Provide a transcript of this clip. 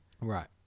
Right